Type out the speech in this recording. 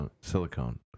silicone